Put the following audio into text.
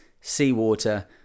seawater